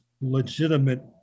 legitimate